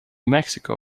mexico